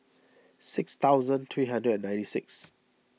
six thousand three hundred and ninety six